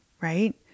right